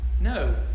No